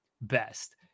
best